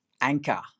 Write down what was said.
anchor